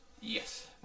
Yes